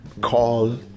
Call